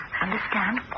Understand